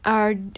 Ar~